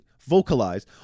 vocalize